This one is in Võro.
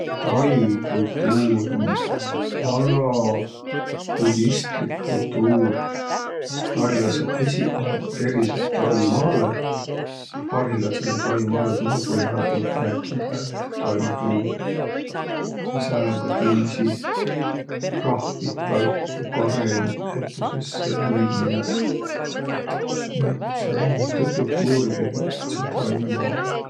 Tai kultuur um vana budistlik kultuur. Tailasõq esiq ummaq periselt Taimaalõ, parhilladsõlõ Taimaalõ tulnuq põh'a puult, mäki päält, tai hõimuq. Ja sääl um ka tõisi rahvit, Taih, kareniq näütüses ja viil mõnõq. Nii et sääl um mitu kultuuri sääl Taimaal.